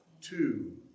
two